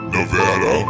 Nevada